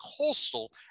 Coastal